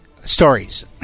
stories